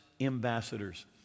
ambassadors